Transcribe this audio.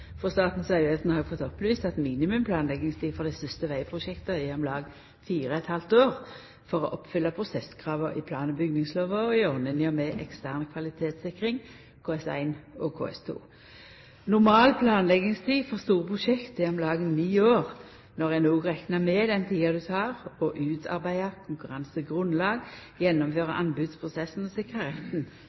har eg fått opplyst at minimum planleggingstid for dei største vegprosjekta er om lag 4,5 år for å oppfylla prosesskrava i plan- og bygningslova og i ordninga med ekstern kvalitetssikring, KS1 og KS2. Normal planleggingstid for store prosjekt er om lag ni år når ein òg reknar med den tida det tek å utarbeida konkurransegrunnlag, gjennomføra anbodsprosessen og sikra retten